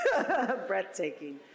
breathtaking